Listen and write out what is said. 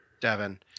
Devin